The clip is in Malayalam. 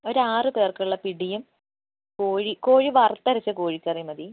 ഒരാറ് പേർക്കുള്ള പിടിയും കോഴിയും കോഴി വറുത്തരച്ച കോഴിക്കറി മതി